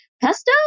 pesto